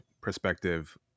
perspective